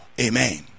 Amen